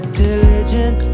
diligent